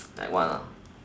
like what lah